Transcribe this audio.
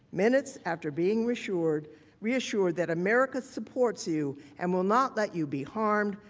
minutes after being reassured reassured that america supports you, and will not let you be harmed,